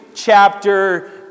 chapter